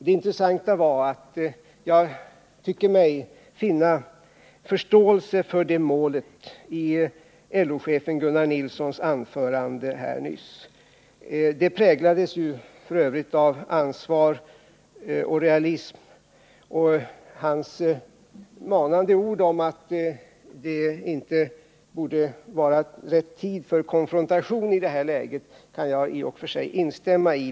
Det intressanta var att jag tyckte mig finna förståelse för det målet i LO-chefen Gunnar Nilssons anförande här nyss. Det präglades f.ö. av ansvar och realism, och hans manande ord om att det inte borde vara rätt tid för konfrontation i det här läget kan jag i och för sig instämma i.